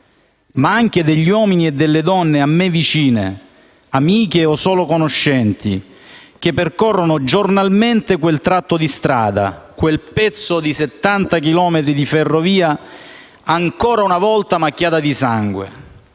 ma anche degli uomini e delle donne a me vicine, amiche o solo conoscenti, che percorrono giornalmente quel tratto di strada, quel pezzo di 70 chilometri di ferrovia ancora una volta macchiata di sangue